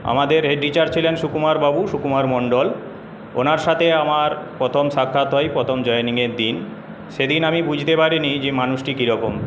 আমাদের head teacher ছিলেন সুকুমার বাবু সুকুমার মণ্ডল ওনার সাথে আমার প্রথম সাক্ষাৎ হয় প্রথম জয়েনিংয়ের দিন সেদিন আমি বুঝতে পারিনি যে মানুষটি কীরকম